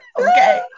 Okay